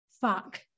fuck